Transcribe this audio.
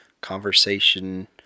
conversation